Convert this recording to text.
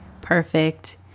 Perfect